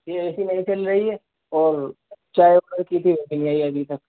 یہ A C نہیں چل رہی ہے اور چائے آڈر کی تھی وہ بھی آئی نہیں ابھی تک